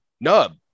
nub